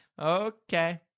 Okay